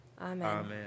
Amen